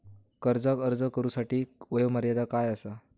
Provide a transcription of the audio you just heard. कर्जाक अर्ज करुच्यासाठी वयोमर्यादा काय आसा?